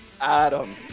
Adam